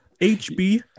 HB